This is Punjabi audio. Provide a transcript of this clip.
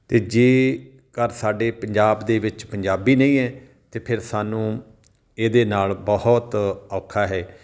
ਅਤੇ ਜੇਕਰ ਸਾਡੇ ਪੰਜਾਬ ਦੇ ਵਿੱਚ ਪੰਜਾਬੀ ਨਹੀਂ ਹੈ ਤਾਂ ਫਿਰ ਸਾਨੂੰ ਇਹਦੇ ਨਾਲ ਬਹੁਤ ਔਖਾ ਹੈ